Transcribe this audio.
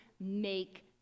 make